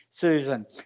Susan